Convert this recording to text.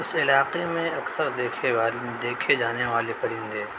اس علاقے میں اکثر دیکھے والی دیکھے جانے والے پرندے